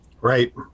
Right